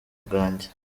bwanjye